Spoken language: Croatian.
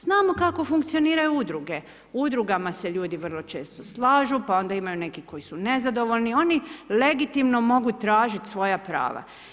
Znamo kako funkcioniraju udruge, udrugama se ljudi vrlo često slažu, pa onda imaju neki koji su nezadovoljnik, oni legitimno mogu tražiti svoja prava.